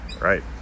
right